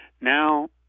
Now